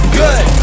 good